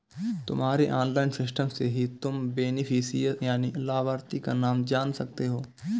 तुम्हारे online system से ही तुम बेनिफिशियरी यानि लाभार्थी का नाम जान सकते हो